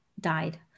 died